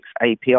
API